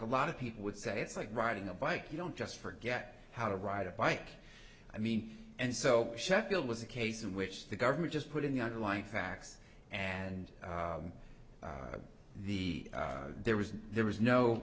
a lot of people would say it's like riding a bike you don't just forget how to ride a bike i mean and so sheffield was a case in which the government just put in the underlying facts and the there was there was no